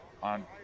on